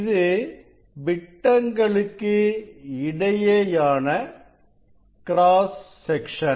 இது விட்டங்களுக்கு இடையேயான கிராஸ் செக்சன்